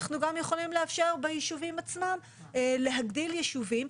אנחנו גם יכולים לאפשר ביישובים עצמם להגדיל יישובים,